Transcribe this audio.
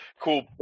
cool